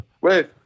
Wait